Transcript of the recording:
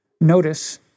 Notice